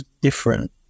different